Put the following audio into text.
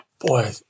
boy